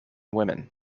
women